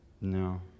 No